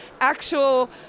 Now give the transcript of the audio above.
actual